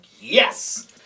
yes